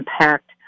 impact